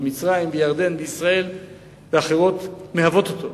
שמצרים וירדן וישראל ואחרות מהוות אותו,